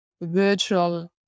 virtual